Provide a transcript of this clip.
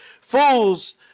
Fools